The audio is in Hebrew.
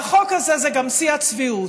והחוק הזה הוא גם שיא הצביעות,